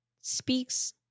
speaks